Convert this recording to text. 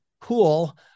cool